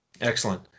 Excellent